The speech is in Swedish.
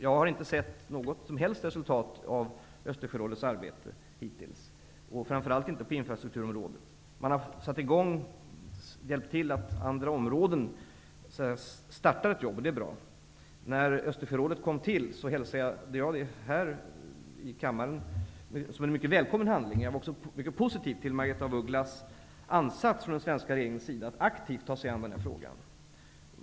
Jag har inte sett något som helst resultat av Östersjörådets arbete hittills, framför allt inte på infrastrukturområdet. Man har hjälpt till så att det på andra områden har startats jobb. Det är bra. När Östersjörådet kom till hälsade jag det här i kammaren som en mycket välkommen handling. Jag var också mycket positiv till Margaretha af Ugglas ansats för den svenska regeringens räkning att aktivt ta sig an den här frågan.